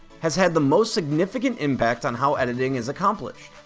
has had the most significant impact on how editing is accomplished.